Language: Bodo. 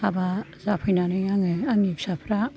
हाबा जाफैनानै आङो आंनि फिसाफोरा